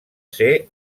ser